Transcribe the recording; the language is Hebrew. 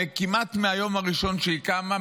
כמעט מהיום הראשון שהיא קמה,